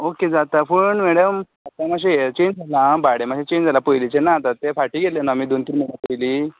okay जाता पूण madam यें मात्शें यें चेंज जालां आं भाडें मात्शें चेंज जालां पयलीचें ना आता तें फाटी केल्लें आमी दोन तीन म्हयन्या पयलीं